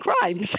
crimes